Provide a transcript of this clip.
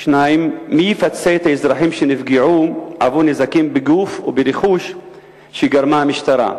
2. מי יפצה את האזרחים שנפגעו על נזקים בגוף או ברכוש שגרמה המשטרה?